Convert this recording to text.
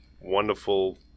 wonderful